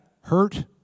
hurt